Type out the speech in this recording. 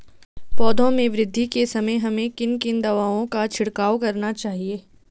पौधों में वृद्धि के समय हमें किन दावों का छिड़काव करना चाहिए?